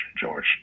George